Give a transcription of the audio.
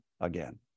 again